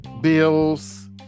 Bills